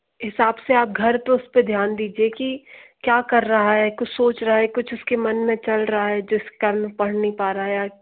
हिसाब से आप घर पर उसपे ध्यान दीजिए की क्या कर रहा है कुछ सोच रहा है कुछ उसके मन में चल रहा है जिस कारण पढ़ नहीं पा रहा है या